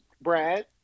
Brad